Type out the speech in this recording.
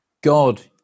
God